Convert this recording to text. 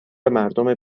مردم